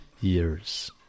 years